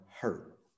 hurt